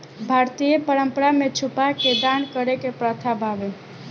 भारतीय परंपरा में छुपा के दान करे के प्रथा बावे